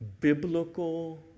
biblical